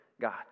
God